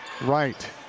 right